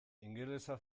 ingelesa